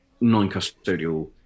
non-custodial